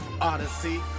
Odyssey